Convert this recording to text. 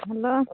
hello